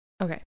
Okay